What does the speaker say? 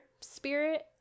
spirit